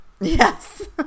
Yes